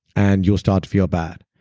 and you'll start to feel bad.